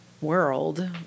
world